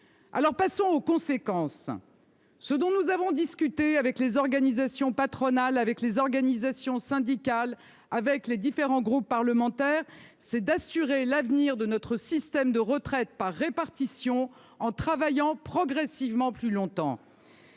maintenant aux conséquences. Ce dont nous avons discuté avec les organisations patronales, les organisations syndicales et les différents groupes parlementaires, c'est de l'avenir de notre système de retraite par répartition, en travaillant progressivement plus longtemps.